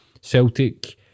Celtic